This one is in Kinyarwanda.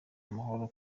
amahoro